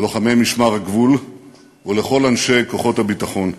ללוחמי משמר הגבול ולכל אנשי כוחות הביטחון.